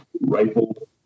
rifle